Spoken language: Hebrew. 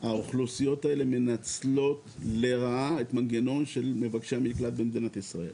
האוכלוסיות האלה מנצלות לרעה את מנגנון של מבקשי המקלט במדינת ישראל.